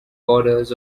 borders